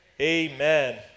Amen